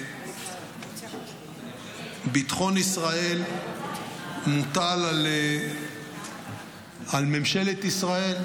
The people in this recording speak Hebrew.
ביטחון ישראל מוטל על ממשלת ישראל,